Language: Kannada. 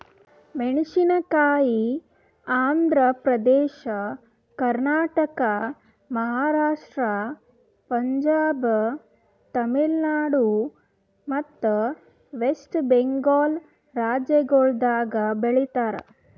ಮೇಣಸಿನಕಾಯಿ ಆಂಧ್ರ ಪ್ರದೇಶ, ಕರ್ನಾಟಕ, ಮಹಾರಾಷ್ಟ್ರ, ಪಂಜಾಬ್, ತಮಿಳುನಾಡು ಮತ್ತ ವೆಸ್ಟ್ ಬೆಂಗಾಲ್ ರಾಜ್ಯಗೊಳ್ದಾಗ್ ಬೆಳಿತಾರ್